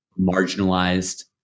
Marginalized